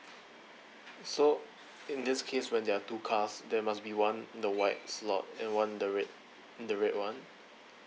so in this case when there are two cars there must be one the white slot and one the red the red one